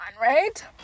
right